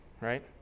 right